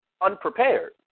unprepared